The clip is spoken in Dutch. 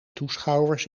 toeschouwers